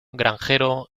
granjero